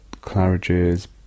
Claridge's